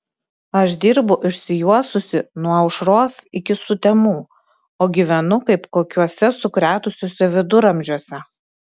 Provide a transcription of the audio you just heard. aš dirbu išsijuosusi nuo aušros iki sutemų o gyvenu kaip kokiuose suskretusiuose viduramžiuose